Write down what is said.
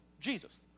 Jesus